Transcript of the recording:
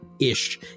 ish